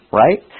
right